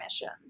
mission